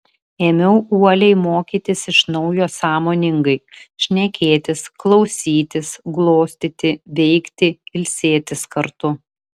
ėmiau uoliai mokytis iš naujo sąmoningai šnekėtis klausytis glostyti veikti ilsėtis kartu